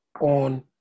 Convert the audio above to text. on